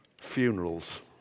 Funerals